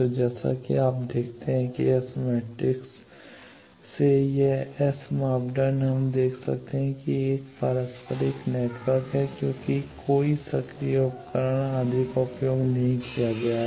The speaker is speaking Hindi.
तो जैसा कि आप देखते हैं कि एस मैट्रिक्स से यह एस मापदंड हम देख सकते हैं कि यह एक पारस्परिक नेटवर्क है क्योंकि कोई सक्रिय उपकरण आदि का उपयोग नहीं किया जाता है